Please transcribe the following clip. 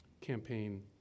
campaign